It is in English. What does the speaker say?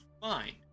fine